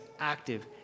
active